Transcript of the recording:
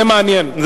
בפיקוד צפון,